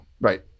Right